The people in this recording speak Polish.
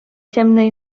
ciemnej